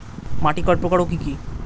মাটি কয় প্রকার ও কি কি?